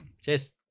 Cheers